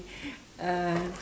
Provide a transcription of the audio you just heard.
uh